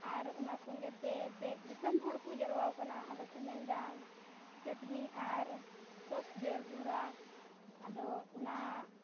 ᱟᱨ ᱚᱱᱟ ᱥᱚᱸᱜᱮᱛᱮ ᱮᱱᱛᱮᱫ ᱫᱤᱥᱚᱢ ᱦᱚᱲ ᱠᱚ ᱡᱟᱣᱨᱟ ᱟᱠᱟᱱᱟ ᱟᱫᱚ ᱠᱚ ᱢᱮᱱᱫᱟ ᱪᱟᱹᱴᱱᱤ ᱟᱨ ᱥᱚᱥ ᱡᱟᱹᱨᱩᱲᱟ ᱟᱫᱚ ᱚᱱᱟ